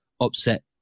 upset